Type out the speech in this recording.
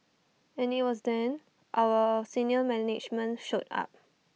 and IT was then our senior management showed up